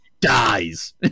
dies